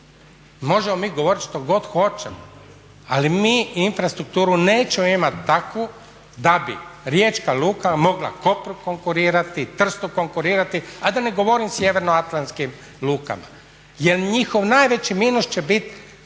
Možemo mi govoriti što god hoćemo, ali mi infrastrukturu nećemo imati takvu da bi Riječka luka mogla Kopru konkurirati, Trstu konkurirati, a da ne govorim o sjevernoatlantskim lukama jer njihov najveći minus će biti